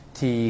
Thì